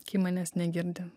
kai manęs negirdi